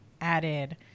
added